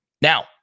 Now